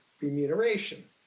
remuneration